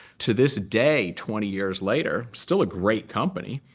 to this day, twenty years later, still a great company.